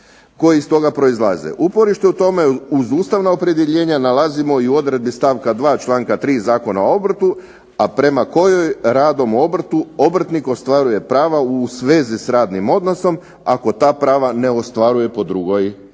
koje iz toga proizlaze. Uporište u tome uz ustavna opredjeljenja nalazimo i u odredbi stavka 2. članka 3. Zakona o obrtu, a prema kojoj radom u obrtu obrtnik ostvaruje prava u svezi s radnim odnosom ako ta prava ne ostvaruje po drugoj osnovi."